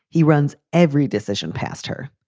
he runs every decision past her.